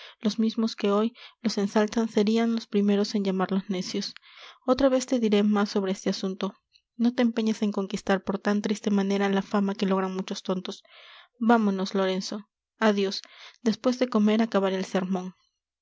los mismos que hoy los ensalzan serian los primeros en llamarlos necios otra vez te diré más sobre este asunto no te empeñes en conquistar por tan triste manera la fama que logran muchos tontos vámonos lorenzo adios despues de comer acabaré el sermon